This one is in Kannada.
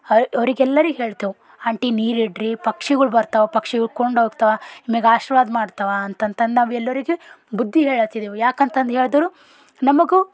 ಅವು ಅವ್ರಿಗೆಲ್ಲರಿಗೆ ಹೇಳ್ತೇವೆ ಆಂಟಿ ನೀರು ಇಡಿರಿ ಪಕ್ಷಿಗಳು ಬರ್ತಾವೆ ಪಕ್ಷಿಗಳು ಕೊಂಡೋಗ್ತವೆ ನಿಮಗೆ ಆಶೀರ್ವಾದ ಮಾಡ್ತವೆ ಅಂತಂತಂದು ನಾವು ಎಲ್ಲರಿಗೆ ಬುದ್ಧಿ ಹೇಳ್ಲತ್ತಿದ್ದೀವಿ ಯಾಕೆ ಅಂತಂದು ಹೇಳದ್ರ ನಮಗೂ